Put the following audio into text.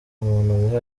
muntu